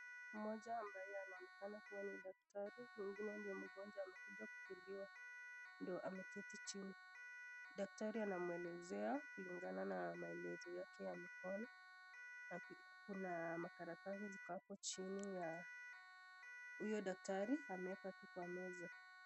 Mmoja ambaye anaonekana kuwa ni daktari, mwingine ndio mgonjwa amekuja kutibiwa. Ndo ameketi chini. Daktari anamwelezea kulingana na maelezo yake ya mikono. Na pia kuna makaratasi ziko hapo chini ya huyo daktari ameweka tu kwa meza.